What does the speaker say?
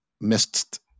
missed